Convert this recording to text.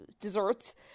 desserts